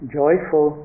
joyful